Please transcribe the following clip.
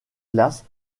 glace